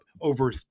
over